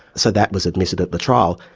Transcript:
so that was admissible at the trial,